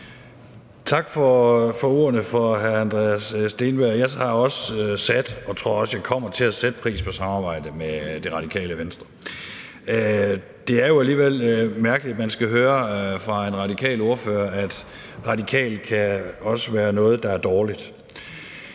Tak for ordene fra hr. Andreas Steenberg. Jeg har også sat og, tror jeg, kommer også til at sætte pris på samarbejdet med Det Radikale Venstre. Det er jo alligevel mærkeligt, at man skal høre af en radikal ordfører, at »radikal« også kan være noget, der er dårligt.